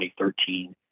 2013